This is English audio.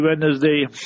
Wednesday